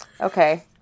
okay